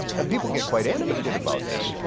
and people get quite animated about this.